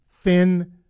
thin